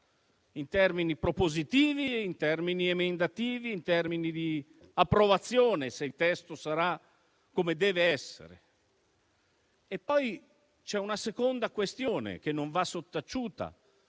in termini propositivi, emendativi e di approvazione se il testo sarà come deve essere. C'è poi una seconda questione che non va sottaciuta